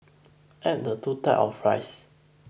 add the two types of rice